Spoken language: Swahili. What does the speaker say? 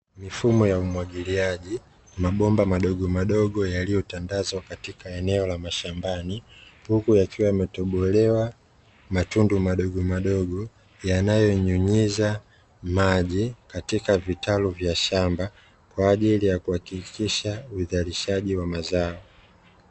Mifumo ya umwagiliaji, mabomba madogo madogo yaliyotandazwa eneo la mashambani, huku yakiwa yametobolewa matundu madogo madogo yanayonyunyiza maji katika vitalu vya shamba kwa jaili ya kuhakikisha uzalishaji wa mazao.